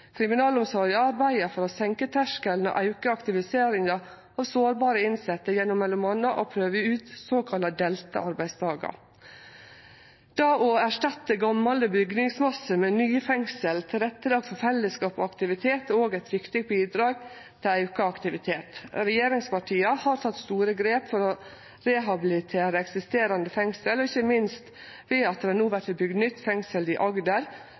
Kriminalomsorga arbeider for å senke terskelen og auke aktiviseringa av sårbare innsette gjennom m.a. å prøve ut såkalla delte arbeidsdagar. Det å erstatte gamal bygningsmasse med nye fengsel tilrettelagde for fellesskap og aktivitet er òg eit viktig bidrag til auka aktivitet. Regjeringspartia har teke store grep for å rehabilitere eksisterande fengsel, ikkje minst ved at det no vert bygt nytt fengsel i Agder,